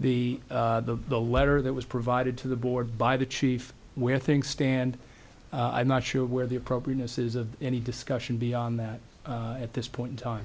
the letter that was provided to the board by the chief where things stand i'm not sure where the appropriateness is of any discussion beyond that at this point in time